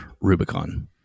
Rubicon